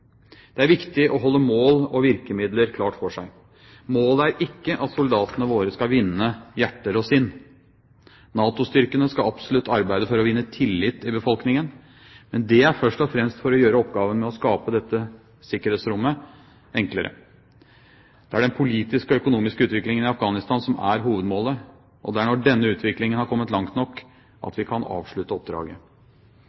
Det er viktig å ha mål og virkemidler klart for seg. Målet er ikke at soldatene våre skal vinne hjerter og sinn. NATO-styrkene skal absolutt arbeide for å vinne tillit i befolkningen, men det er først og fremst for å gjøre oppgaven med å skape dette sikkerhetsrommet enklere. Det er den politiske og økonomiske utviklingen i Afghanistan som er hovedmålet, og det er når denne utviklingen har kommet langt nok, at